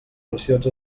versions